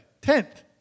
Tenth